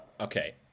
Okay